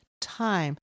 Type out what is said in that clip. time